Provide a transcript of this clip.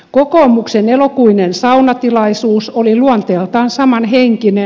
kokoomuksen elokuinen saunatilaisuus oli luonteeltaan samanhenkinen